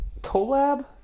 collab